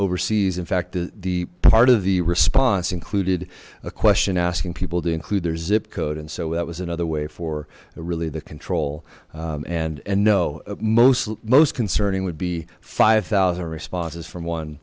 overseas in fact the the part of the response included a question asking people to include their zip code and so that was another way for the control and and know most most concerning would be five thousand responses from one